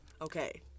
Okay